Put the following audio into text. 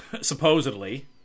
supposedly